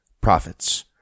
Profits